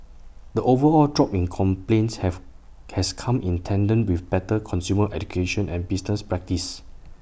the overall drop in complaints have has come in tandem with better consumer education and business practices